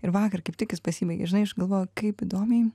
ir vakar kaip tik jis pasibaigė žinai aš galvoju kaip įdomiai